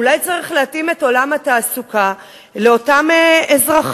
אולי צריך להתאים את עולם התעסוקה לאותם אזרחים.